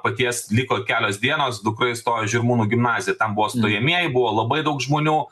paties liko kelios dienos dukra įstojo į žirmūnų gimnaziją ten buvo stojamieji buvo labai daug žmonių